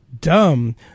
dumb